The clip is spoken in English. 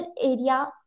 area